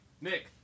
Nick